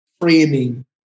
framing